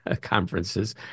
Conferences